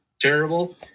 terrible